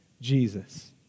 Jesus